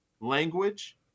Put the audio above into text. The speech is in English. language